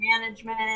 management